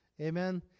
Amen